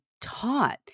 taught